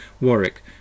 Warwick